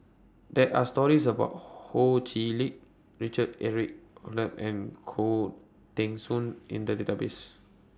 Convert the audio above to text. There Are stories about Ho Chee Lick Richard Eric Holttum and Khoo Teng Soon in The Database